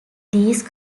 these